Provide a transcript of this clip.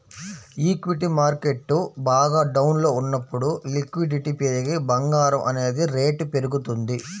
equity market బాగా డౌన్లో ఉన్నప్పుడు లిక్విడిటీ పెరిగి బంగారం అనేది రేటు పెరుగుతుంది